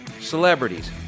celebrities